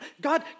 God